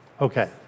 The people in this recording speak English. Okay